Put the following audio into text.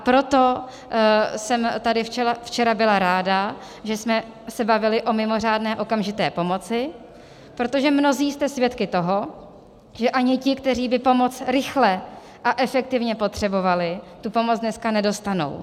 Proto jsem tady včera byla ráda, že jsme se bavili o mimořádné okamžité pomoci, protože mnozí jste svědky toho, že ani ti, kteří by pomoc rychle a efektivně potřebovali, pomoc dneska nedostanou.